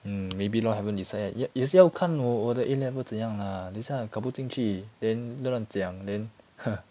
mm maybe lor haven't decide yet 也也是要看我我的 A level 怎样 lah 等一下考不进去 then 乱乱讲 then